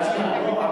רק שנייה.